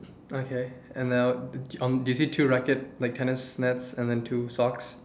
okay and then I will on you see two rackets like tennis nets and then two socks